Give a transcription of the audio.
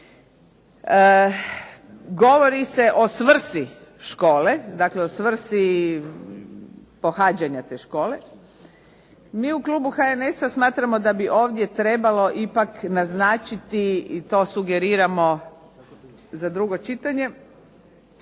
govori se o svrsi škole, dakle o svrsi pohađanja te škole. Mi u Klubu HNS-a smatramo da bi tu trebalo naznačiti i to sugeriramo za drugo čitanje